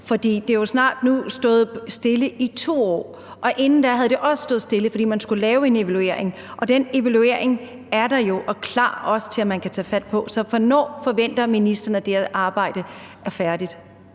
det har jo snart stået stille i 2 år nu, og inden da havde det også stået stille, fordi man skulle lave en evaluering? Den evaluering er der jo, og den ligger klar til, at man kan tage fat på det. Så hvornår forventer ministeren at det her arbejde er færdigt?